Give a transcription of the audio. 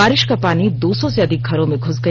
बारिश का पानी दो सौ से अधिक घरों में घुस गया